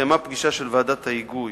התקיימה פגישה של ועדת ההיגוי.